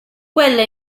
quella